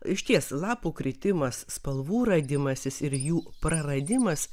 išties lapų kritimas spalvų radimasis ir jų praradimas